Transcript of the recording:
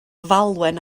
falwen